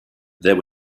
there